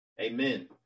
Amen